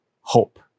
hope